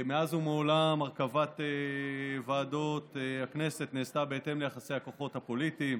מאז ומעולם הרכבת ועדות הכנסת נעשתה בהתאם ליחסי הכוחות הפוליטיים.